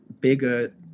bigger